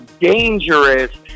dangerous